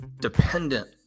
dependent